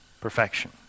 perfection